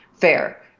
fair